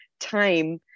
time